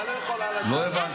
לא הבנתם.